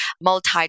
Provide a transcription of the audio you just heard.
multi